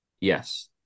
Yes